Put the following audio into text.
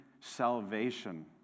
salvation